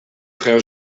frère